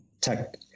tech